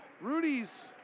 Rudy's